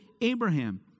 Abraham